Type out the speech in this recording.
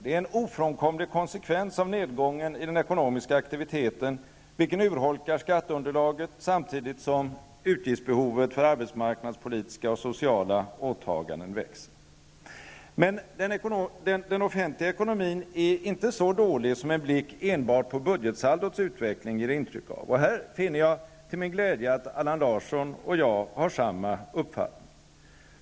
Det är en ofrånkomlig konsekvens av nedgången i den ekonomiska aktiviteten, vilken urholkar skatteunderlaget samtidigt som utgiftsbehovet för arbetsmarknadspolitiska och sociala åtaganden växer. Men den offentliga ekonomin är inte så dålig som en blick enbart på budgetsaldots utveckling ger intryck av. Och i detta sammanhang finner jag till min glädje att Allan Larsson och jag har samma uppfattning.